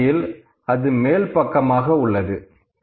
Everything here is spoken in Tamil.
முதல் வகையில் அது மேல் பக்கமாக உள்ளது